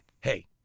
hey